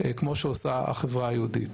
כמו שעושה החברה היהודית.